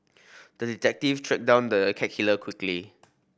the detective tracked down the cat killer quickly